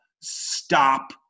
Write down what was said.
Stop